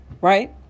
right